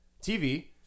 TV